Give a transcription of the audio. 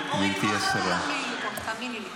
גברתי השרה, מה חדש, אורית?